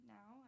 Now